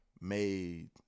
made –